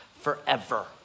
forever